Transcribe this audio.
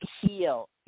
Heal